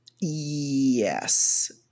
Yes